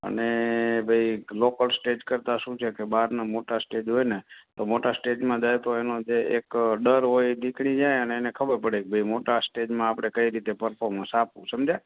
અને ભાઈ local stage કરતાં શું છે કે બહારનાં મોટાં સ્ટેજ હોય ને તો મોટાં સ્ટેજમાં જાય તો એનો જે એક ડર હોય એ નીકળી જાય અને એને ખબર પડે કે ભાઈ મોટાં સ્ટેજમાં આપણે કઈ રીતે પરફોમન્સ આપવું સમજ્યા